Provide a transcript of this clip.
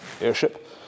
airship